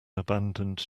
abandoned